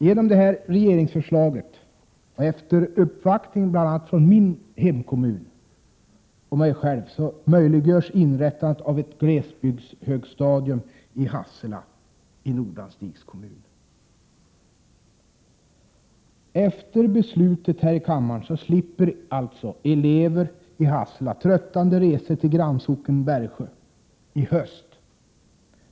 Genom detta regeringsförslag och efter uppvaktning, bl.a. från min hemkommun och mig själv, möjliggörs inrättande av ett glesbygdshögstadium i Hassela i Nordanstigs kommun. Efter beslutet här i kammaren slipper alltså elever i Hassela tröttande resor till grannsocknen Bergsjö i höst.